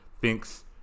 thinks